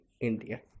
India